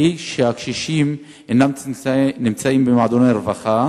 היא שהקשישים אינם נמצאים במועדוני רווחה.